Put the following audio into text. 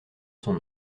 son